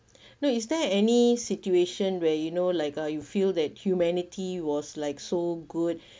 no is there any situation where you know like uh you feel that humanity was like so good